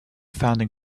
founding